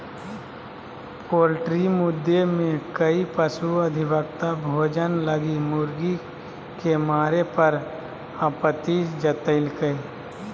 poultry मुद्दे में कई पशु अधिवक्ता भोजन लगी मुर्गी के मारे पर आपत्ति जतैल्कय